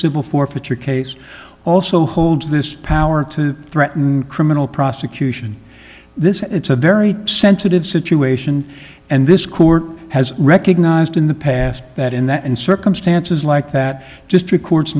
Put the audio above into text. civil forfeiture case also holds this power to threaten criminal prosecution this it's a very sensitive situation and this court has recognized in the past that in that in circumstances like that just records